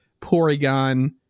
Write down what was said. Porygon